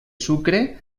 sucre